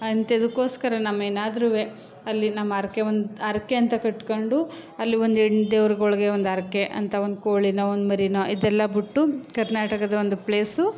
ಅಂತ ಇದಕ್ಕೊಸ್ಕರ ನಮ್ಮ ಏನಾದ್ರೂ ಅಲ್ಲಿ ನಮ್ಮ ಹರಕೆ ಒಂದು ಹರಕೆ ಅಂತ ಕಟ್ಟಿಕೊಂಡು ಅಲ್ಲಿ ಒಂದು ಎಣ್ಣೆ ದೇವ್ರುಗಳ್ಗೆ ಒಂದು ಹರಕೆ ಅಂತ ಒಂದು ಕೋಳಿಯೋ ಒಂದು ಮರಿಯೋ ಇದೆಲ್ಲ ಬಿಟ್ಟು ಕರ್ನಾಟಕದ ಒಂದು ಪ್ಲೇಸು